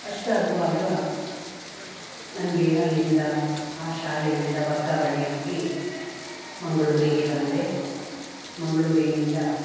ಅಷ್ಟಾಗುವಾಗ ನನಗೆ ಅಲ್ಲಿಂದ ಆ ಶಾಲೆಯಿಂದ ವರ್ಗಾವಣೆ ಆಗಿ ಮಂಗಳೂರಿಗೆ ಬಂದೆ ಮಂಗಳೂರಿನಿಂದ